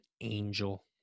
angel